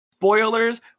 spoilers